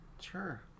Sure